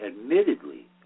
admittedly